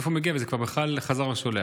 בסוף הוא מגיע וזה כבר בכלל חזר לשולח.